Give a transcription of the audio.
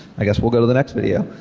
i guess we'll go to the next video.